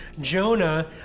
Jonah